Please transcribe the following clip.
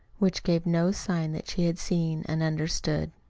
which gave no sign that she had seen and understood.